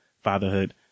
fatherhood